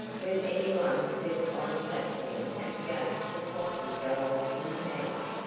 when any one stepped on a platform at the gate the clock would go off in the house.